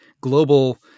global